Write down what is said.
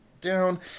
down